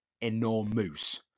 enormous